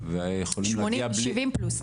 ויכולים להגיע בלי --- שבעים פלוס,